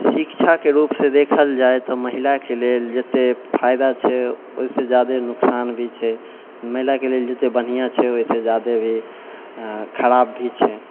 शिक्षाके रूपसँ देखल जाय तऽ महिलाके लेल जतेक फायदा छै ओहिसँ ज्यादा नुकसान भी छै महिलाके लेल जतेक बढ़िआँ छै ओहिसँ ज्यादे खराब भी छै